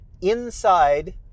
inside